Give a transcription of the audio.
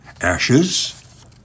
Ashes